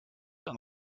and